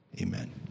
Amen